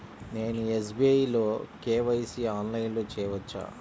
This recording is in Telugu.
నేను ఎస్.బీ.ఐ లో కే.వై.సి ఆన్లైన్లో చేయవచ్చా?